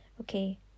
Okay